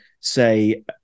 say